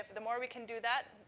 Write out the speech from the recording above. the more we can do that,